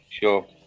Sure